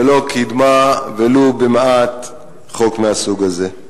ולא קידמה ולו במעט חוק מהסוג הזה.